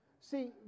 See